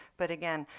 but again,